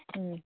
ꯎꯝ